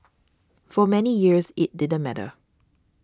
for many years it didn't matter